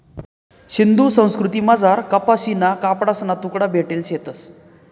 सिंधू संस्कृतीमझार कपाशीना कपडासना तुकडा भेटेल शेतंस